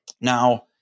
Now